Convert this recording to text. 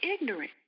ignorant